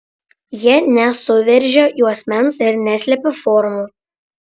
jie nesuveržia juosmens ir neslepia formų